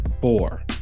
four